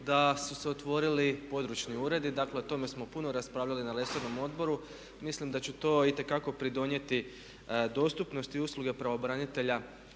da su se otvorili područni uredi, dakle o tome smo puno raspravljali na resornom odboru, mislim da će to itekako pridonijeti dostupnosti usluge pravobranitelja